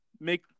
make